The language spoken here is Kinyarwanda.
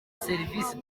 serivisi